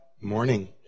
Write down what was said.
morning